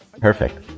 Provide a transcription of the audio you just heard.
Perfect